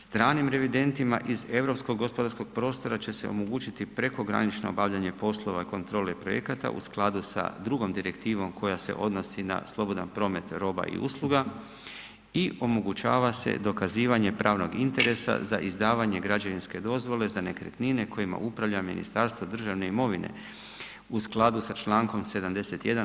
Stranim revidentima iz europskog gospodarskog prostora će se omogućiti prekogranično obavljanje poslova kontrole projekata u skladu sa drugom direktivom koja se odnosi na slobodan promet roba i usluga i omogućava se dokazivanje pravnog interesa za izdavanje građevinske dozvole za nekretnine kojima upravlja Ministarstvo državne imovine u skladu sa Člankom 71.